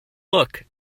look